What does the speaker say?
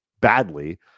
badly